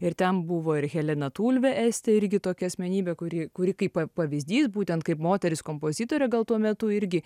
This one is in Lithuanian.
ir ten buvo ir helena tulve estė irgi tokia asmenybė kuri kuri kaip pa pavyzdys būtent kaip moteris kompozitorė gal tuo metu irgi